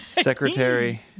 Secretary